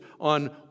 on